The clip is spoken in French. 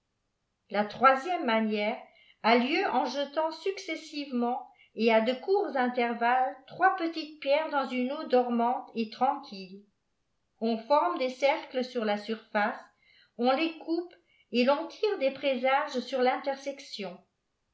la troisièriie manière a lieu en jetant successivement et à'de téwrts intervalles trois petites pierres dans bne eau dormante et tranquille on forme des cercles sur la surface on les coupe et vptï tire des présages sur l'intersection